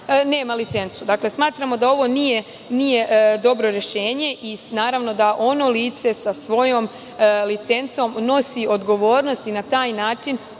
nema licencu. Dakle, smatramo da ovo nije dobro rešenje. Naravno, da ono lice sa svojom licencom nosi odgovornost i na taj način